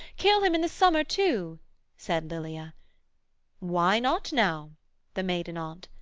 kill him in the summer too said lilia why not now the maiden aunt.